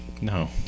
No